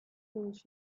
things